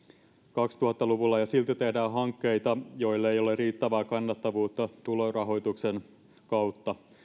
kaksituhatta luvulla ja silti tehdään hankkeita joille ei ole riittävää kannattavuutta tulorahoituksen kautta